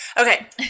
Okay